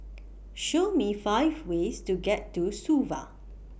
Show Me five ways to get to Suva